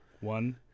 One